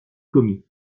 commis